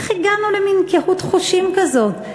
איך הגענו למין קהות חושים כזאת?